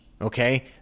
Okay